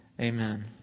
amen